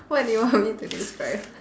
what do you want me to describe